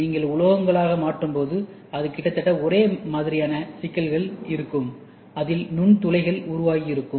நீங்கள் உலோகங்களாக மாறும்போது அது கிட்டத்தட்ட ஒரே மாதிரியாக சிக்கல்கள் இருக்கும் அதில் நுண்துளைகள் உருவாகியிருக்கும்